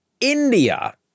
India